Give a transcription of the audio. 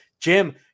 Jim